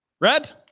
Red